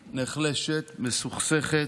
נחלשת, מסוכסכת,